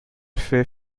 fait